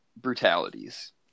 brutalities